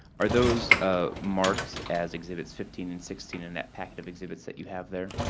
are those ah marked as exhibits fifteen and sixteen in that packet of exhibits that you have there?